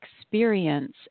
experience